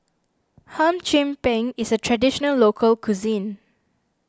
Hum Chim Peng is a Traditional Local Cuisine